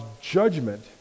judgment